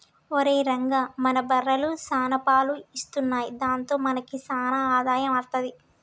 ఒరేయ్ రంగా మన బర్రెలు సాన పాలు ఇత్తున్నయ్ దాంతో మనకి సాన ఆదాయం అత్తది